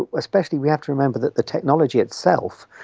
especially we have to remember that the technology itself,